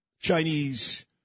Chinese